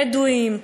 בדואים.